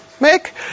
make